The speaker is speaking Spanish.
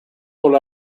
por